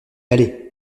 allez